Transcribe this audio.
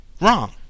wrong